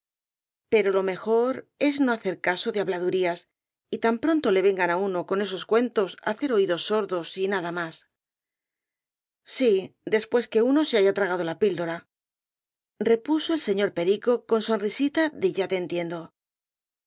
pero lo mejor es no hacer caso de habladurías y tan pronto le vengan á uno con esos cuentos hacer oídos sordos y nada más sí después que uno se haya tragado la pildora repuso el señor perico con sonrisita de ya te entiendo